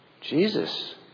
Jesus